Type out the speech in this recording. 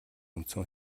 үндсэн